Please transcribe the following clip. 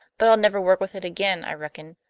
but i'll never work with it again i reckon.